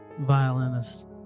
violinist